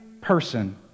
person